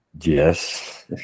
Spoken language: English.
Yes